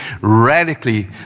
radically